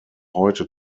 heute